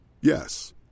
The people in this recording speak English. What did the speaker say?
Yes